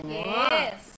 yes